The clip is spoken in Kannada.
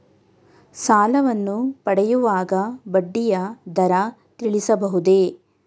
ಸಾಲವನ್ನು ಪಡೆಯುವಾಗ ಬಡ್ಡಿಯ ದರ ತಿಳಿಸಬಹುದೇ?